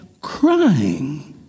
crying